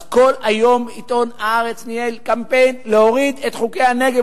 אז כל היום עיתון "הארץ" ניהל קמפיין: להוריד את חוקי הנגב,